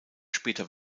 später